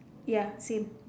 ya same